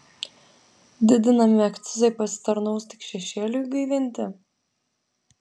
didinami akcizai pasitarnaus tik šešėliui gaivinti